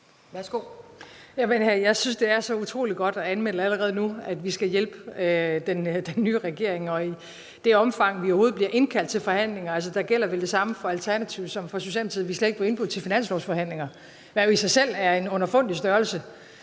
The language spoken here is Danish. Jeg synes, det er så utrolig godt at melde ud allerede nu, at vi skal hjælpe den nye regering – i det omfang, vi overhovedet bliver indkaldt til forhandlinger. Der gælder vel det samme for Alternativet som for Socialdemokratiet, i forhold til at vi slet ikke blev indbudt til finanslovsforhandlinger, hvad jo i sig selv er en underfundig størrelse,